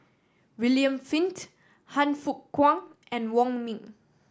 William Flint Han Fook Kwang and Wong Ming